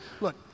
Look